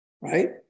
right